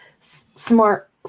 smart